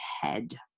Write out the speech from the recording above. head